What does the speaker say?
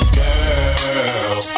girl